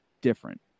different